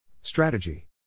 Strategy